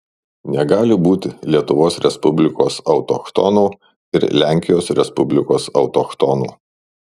negali būti lietuvos respublikos autochtonų ir lenkijos respublikos autochtonų